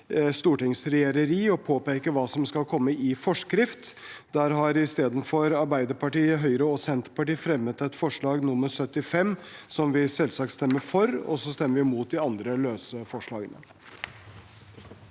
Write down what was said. stortingsregjereri å påpeke hva som skal komme i forskrift. Der har Arbeiderpartiet, Høyre og Senterpartiet isteden fremmet et forslag, nr. 75, som vi selvsagt stemmer for, og så stemmer vi imot de andre løse forslagene.